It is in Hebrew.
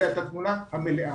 אלא את התמונה המלאה.